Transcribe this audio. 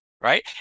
Right